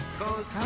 cause